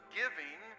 giving